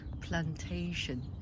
plantation